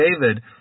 David